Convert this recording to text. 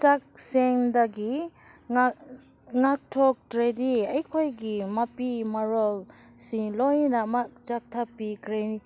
ꯆꯥꯛꯁꯪꯗꯒꯤ ꯉꯥꯛꯊꯣꯛꯇ꯭ꯔꯗꯤ ꯑꯩꯈꯣꯏꯒꯤ ꯃꯄꯤ ꯃꯔꯣꯜꯁꯤ ꯂꯣꯏꯅꯃꯛ ꯆꯥꯊꯣꯛꯄꯤꯈ꯭ꯔꯅꯤ